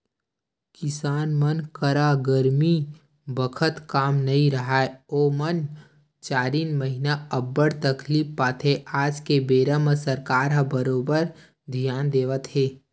किसान मन करा गरमी बखत काम नइ राहय ओमन चारिन महिना अब्बड़ तकलीफ पाथे आज के बेरा म सरकार ह बरोबर धियान देवत हे